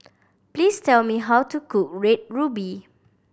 please tell me how to cook Red Ruby